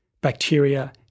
bacteria